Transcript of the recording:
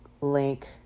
link